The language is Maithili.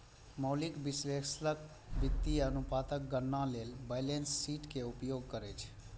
मौलिक विश्लेषक वित्तीय अनुपातक गणना लेल बैलेंस शीट के उपयोग करै छै